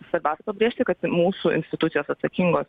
svarbiausia pabrėžti kad mūsų institucijos atsakingos